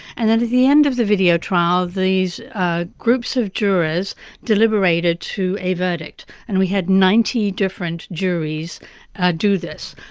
and then at the end of the video trial these ah groups of jurors deliberated to a verdict. and we had ninety different juries do this.